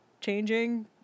changing